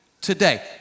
today